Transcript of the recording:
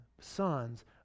sons